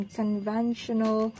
conventional